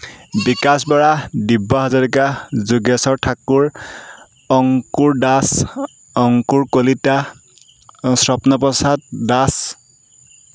Bikash Bora Dibya Hazarika Jogeswar Thakur Ankur Das Ankur Kalita Swapnaprasad Das